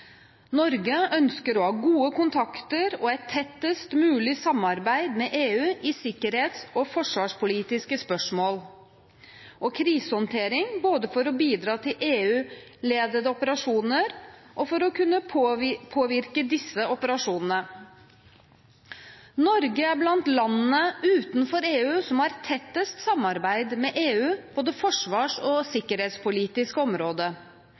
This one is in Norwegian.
Norge ønsker å ha gode kontakter og et tettest mulig samarbeid med EU i sikkerhets- og forsvarspolitiske spørsmål og i krisehåndtering, både for å bidra til EU-ledede operasjoner og for å kunne påvirke disse operasjonene. Norge er blant landene utenfor EU som har tettest samarbeid med EU på det forsvars- og